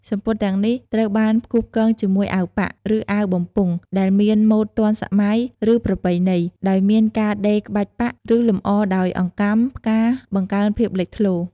សំពត់ទាំងនេះត្រូវបានផ្គូផ្គងជាមួយអាវប៉ាក់ ឬអាវបំពង់ ដែលមានម៉ូដទាន់សម័យ ឬប្រពៃណី ដោយមានការដេរក្បាច់ប៉ាក់ ឬលម្អដោយអង្កាំ ផ្កា បង្កើនភាពលេចធ្លោ។